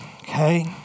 okay